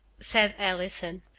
said allison.